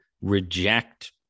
reject